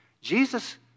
Jesus